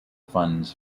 funds